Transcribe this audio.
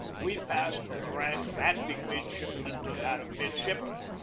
we passed from the rank of acting midshipmen to that of midshipmen,